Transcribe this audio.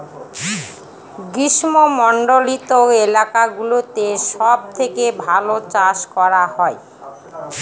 গ্রীষ্মমন্ডলীত এলাকা গুলোতে সব থেকে ভালো চাষ করা হয়